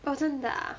orh 真的 ah